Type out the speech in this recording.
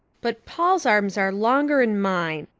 but paul's arms are longer'n mine,